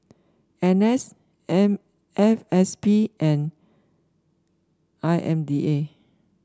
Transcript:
N S M F S P and I M D A